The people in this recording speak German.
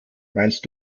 meinst